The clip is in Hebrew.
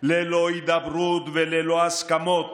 ללא הידברות וללא הסכמות,